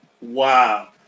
Wow